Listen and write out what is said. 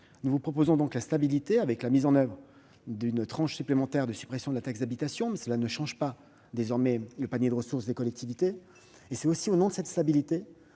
Nous vous proposons donc la stabilité, avec la mise en oeuvre d'une tranche supplémentaire de suppression de la taxe d'habitation, ce qui ne change pas désormais le panier de ressources des collectivités. C'est aussi au nom de cette stabilité